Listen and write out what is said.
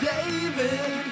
David